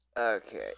Okay